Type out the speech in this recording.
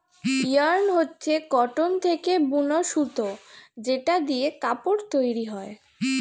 yarn হচ্ছে cotton থেকে বুন সুতো যেটা দিয়ে কাপড় তৈরী হয়